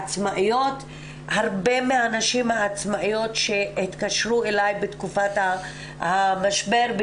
הרבה מהנשים העצמאיות שהתקשרו אליי בתקופת המשבר,